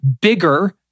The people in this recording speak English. bigger